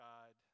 God